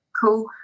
cool